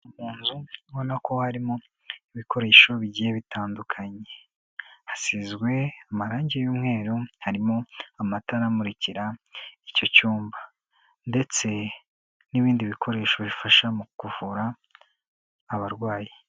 Inzu ubona ko harimo ibikoresho bigiye bitandukanye, hasizwe amarange y'umweru, harimo amatara amurikira icyo cyumba ndetse n'ibindi bikoresho bifasha mu kuvura abarwayi.